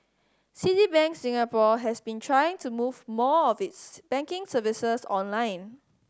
Citibank Singapore has been trying to move more of its banking services online